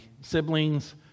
siblings